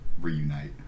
Reunite